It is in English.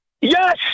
Yes